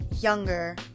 younger